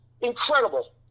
incredible